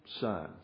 son